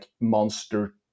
monster